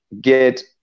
get